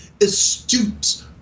astute